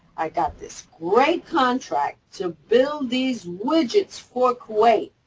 i've got this great contract to build these widgets for kuwait,